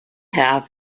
have